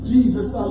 Jesus